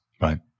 Right